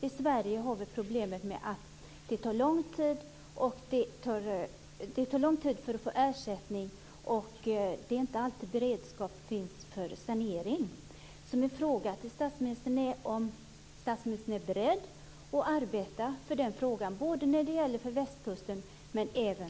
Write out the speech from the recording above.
I Sverige har vi problemet att det tar lång tid att få ersättning och att beredskap för sanering inte alltid finns. Min fråga är om statsministern är beredd att arbeta för den frågan både när det gäller västkusten och